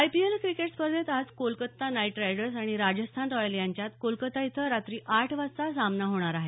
IPL cricket स्पर्धेत आज Kolkata Knight Riders आणि राजस्थान रॉयल्स यांच्यात कोलाकाता इथं रात्री आठ वाजता सामना होणार आहे